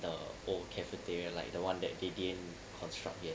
the old cafeteria like the one that they didn't construct yet